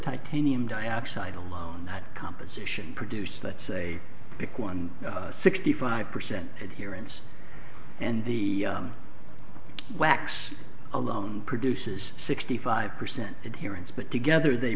titanium dioxide alone that composition produced let's say pick one sixty five percent adherence and the wax alone produces sixty five percent adherence but together they